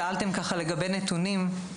שאלתם לגבי נתונים.